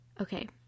okay